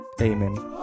Amen